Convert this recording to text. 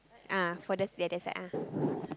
ah for the other side ah